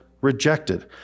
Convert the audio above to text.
rejected